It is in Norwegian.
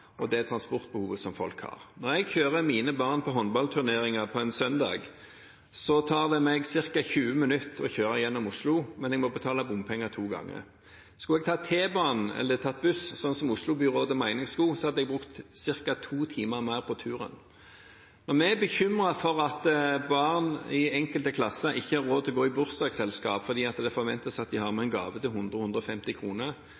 og det transportbehovet som folk har. Når jeg kjører mine barn på håndballturnering på en søndag, tar det meg ca. 20 minutter å kjøre gjennom Oslo, men jeg må betale bompenger to ganger. Skulle jeg tatt T-bane eller buss, som Oslo-byrådet mener jeg skulle, hadde jeg brukt ca. to timer mer på turen. Når vi er bekymret for at barn i enkelte klasser ikke har råd til å gå i bursdagsselskap fordi det forventes at de har med